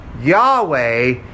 Yahweh